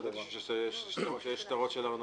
לא ידעתי שיש שטרות של ארנונה.